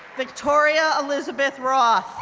victoria elizabeth roth,